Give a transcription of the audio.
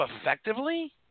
effectively